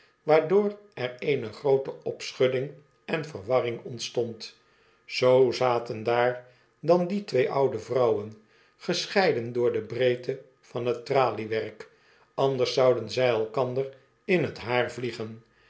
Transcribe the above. waardoor er eene groote opschudding en verwarring ontstond zoo zaten daar dan die twee oude vrouwen gescheiden door de breedte van t traliewerk anders zouden zij elkander in t haar vliegen